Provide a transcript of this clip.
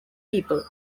people